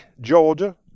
Georgia